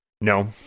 No